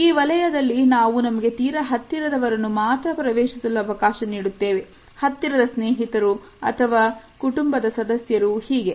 ಈ ವಲಯದಲ್ಲಿ ನಾವು ನಮಗೆ ತೀರ ಹತ್ತಿರದ ಅವರನ್ನು ಮಾತ್ರ ಪ್ರವೇಶಿಸಲು ಅವಕಾಶ ನೀಡುತ್ತೇವೆ ಹತ್ತಿರದ ಸ್ನೇಹಿತರು ಅಥವಾ ಕುಟುಂಬದ ಸದಸ್ಯರು ಹೀಗೆ